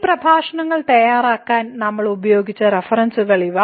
ഈ പ്രഭാഷണങ്ങൾ തയ്യാറാക്കാൻ നമ്മൾ ഉപയോഗിച്ച റഫറൻസുകളാണ് ഇവ